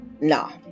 no